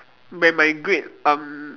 when my grade um